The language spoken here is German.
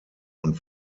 und